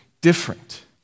different